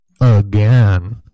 Again